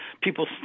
people